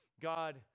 God